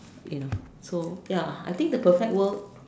you know so ya I think the perfect world